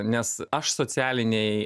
nes aš socialinėj